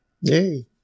Yay